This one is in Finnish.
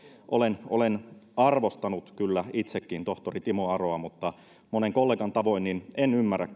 olen olen arvostanut kyllä itsekin tohtori timo aroa mutta monen kollegan tavoin en ymmärrä